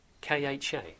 K-H-A